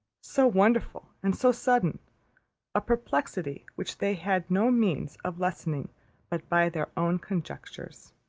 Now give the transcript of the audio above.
so wonderful and so sudden a perplexity which they had no means of lessening but by their own conjectures.